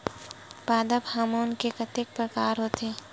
पादप हामोन के कतेक प्रकार के होथे?